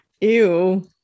Ew